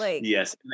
Yes